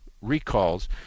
recalls